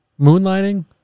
Moonlighting